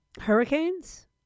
hurricanes